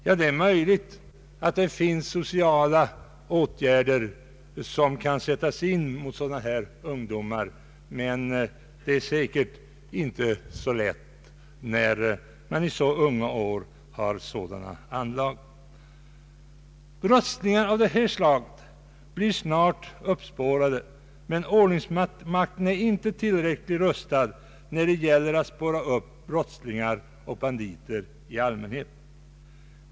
Ja, det är möjligt att sociala åtgärder kan sättas in mot sådana här ungdomar, men det är säkert inte så lätt när det gäller personer som i så unga år visar sådana anlag. Brottslingar av det här slaget blir snart uppspårade, men ordningsmakten är inte tillräckligt rustad när det gäller att spåra upp brottslingar och banditer i allmänhet.